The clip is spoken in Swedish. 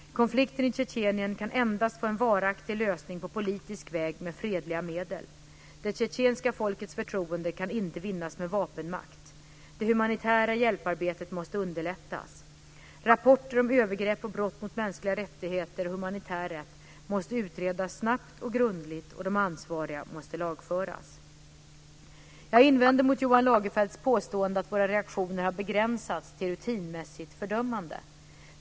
Konflikten i Tjetjenien kan endast få en varaktig lösning på politisk väg, med fredliga medel. Det tjetjenska folkets förtroende kan inte vinnas med vapenmakt. Det humanitära hjälparbetet måste underlättas. Rapporter om övergrepp och brott mot mänskliga rättigheter och humanitär rätt måste utredas snabbt och grundligt. De ansvariga måste lagföras. Jag invänder mot Johan Lagerfelts påstående att våra reaktioner har begränsats till "rutinmässigt fördömande".